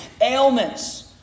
ailments